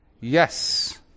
Yes